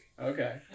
okay